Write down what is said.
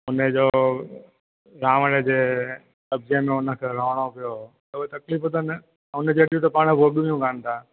हुनजो रावण जे कब्जे में हुनखे रहिणो पियो त उहो तकलीफ़ूं त न हुन जहिड़ियूं त पाणि भोगियूं कान था